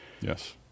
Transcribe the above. Yes